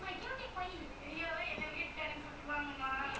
um I don't mind but நம்ம:namma darren வீட்டுக்கு போறோம்:veettukku porom